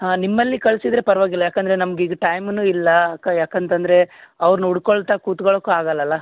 ಹಾಂ ನಿಮ್ಮಲ್ಲಿ ಕಳಿಸಿದ್ರೆ ಪರವಾಗಿಲ್ಲ ಯಾಕಂದರೆ ನಮಗೆ ಈಗ ಟೈಮೂ ಇಲ್ಲ ಯಾಕಂತಂದರೆ ಅವ್ರ್ನ ಹುಡ್ಕೊಳ್ತ ಕುತ್ಕೊಳ್ಳೋಕು ಆಗಲ್ಲ ಅಲ್ಲಾ